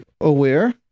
aware